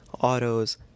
autos